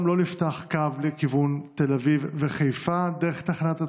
לא נפתח קו לכיוון תל אביב וחיפה דרך תחנת הרצליה,